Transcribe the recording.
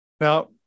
Now